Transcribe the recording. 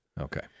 Okay